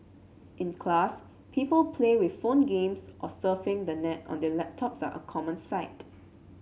in class people play with phone games or surfing the net on their laptops are a common sight